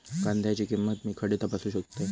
कांद्याची किंमत मी खडे तपासू शकतय?